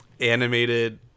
animated